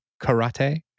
Karate